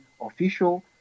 official